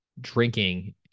drinking –